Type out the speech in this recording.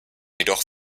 jedoch